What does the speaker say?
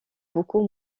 beaucoup